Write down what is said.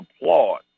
applaud